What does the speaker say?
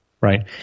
right